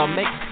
make